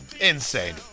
Insane